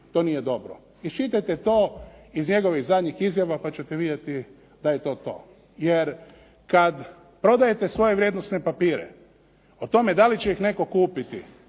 to nije dobro. Iščitajte to iz njegovih zadnjih izjava pa ćete vidjeti da je to to. Jer, kad prodajete svoje vrijednosne papire o tome da li će ih netko kupiti